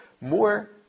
more